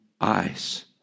eyes